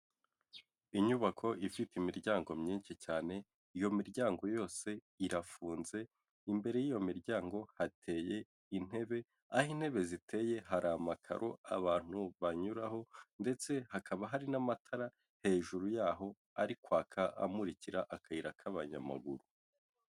Inyubako ifite imiryango myinshi cyane, iyo miryango yose irafunze, imbere y'iyo miryango hateye intebe, aho intebe ziteye hari amakaro abantu banyuraho, ndetse hakaba hari n'amatara hejuru y'aho ari kwaka, amurikira akayira k'abanyamaguru.